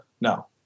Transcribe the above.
no